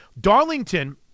Darlington